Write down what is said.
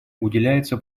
уделяется